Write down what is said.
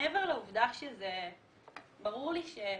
מעבר לעובדה שזה ברור לי,